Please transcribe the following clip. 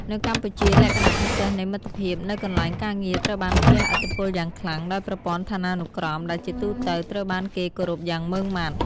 នៅកម្ពុជា លក្ខណៈពិសេសនៃមិត្តភាពនៅកន្លែងការងារត្រូវបានជះឥទ្ធិពលយ៉ាងខ្លាំងដោយប្រព័ន្ធឋានានុក្រម ដែលជាទូទៅត្រូវបានគេគោរពយ៉ាងម៉ឺងម៉ាត់។